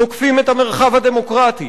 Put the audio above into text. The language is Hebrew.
תוקפים את המרחב הדמוקרטי,